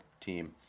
team